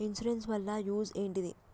Insurance వాళ్ల use ఏంటిది?